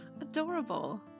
Adorable